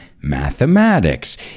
mathematics